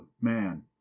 man